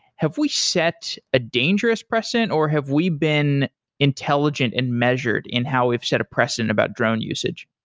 have we set a dangerous precedent or have we been intelligent and measured in how we've set a precedent about drone usage?